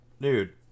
Dude